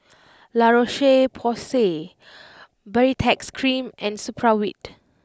La Roche Porsay Baritex Cream and Supravit